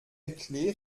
erkläre